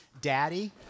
daddy